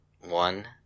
One